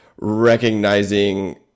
recognizing